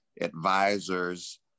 advisors